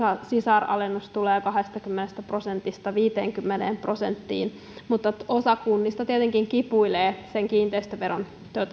sisaralennus tulee kahdestakymmenestä prosentista viiteenkymmeneen prosenttiin mutta osa kunnista tietenkin kipuilee sen kiinteistöveron